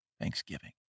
Thanksgiving